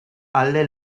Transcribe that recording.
alle